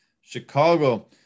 chicago